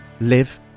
live